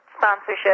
sponsorship